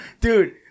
Dude